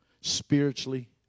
spiritually